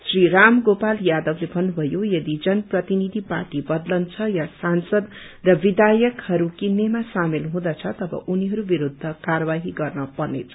श्री रामगोपाल यादवले भन्नुमयो यदि जन प्रतिनिधि पार्टी बदलन्छ या सांसद र विधायकहरू कित्रेमा सामेल हुँदछ तब उनीहरू विरूद्ध कारवाही गर्न पर्नेछ